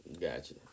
Gotcha